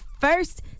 first